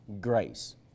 grace